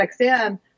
XM